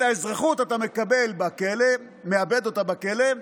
את האזרחות אתה מאבד בכלא,